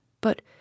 But